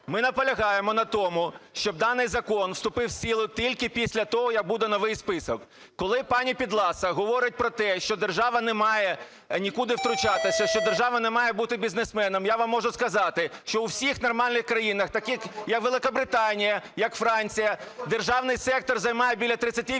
Ми наполягаємо на тому, щоб даний закон вступив в силу тільки після того, як буде новий список. Коли пані Підласа говорить про те, що держава не має нікуди втручатися, що держава не має бути бізнесменом, я вам можу сказати, що у всіх нормальних країнах, таких, як Великобританія, як Франція, державний сектор займає біля 30 відсотків